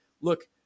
look